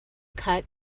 cut